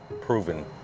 proven